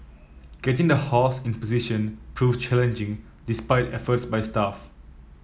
getting the horse in position proved challenging despite efforts by staff